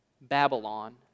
Babylon